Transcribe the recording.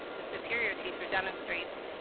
the superior teacher demonstrates.